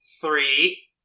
three